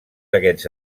aquests